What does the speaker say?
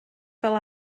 fel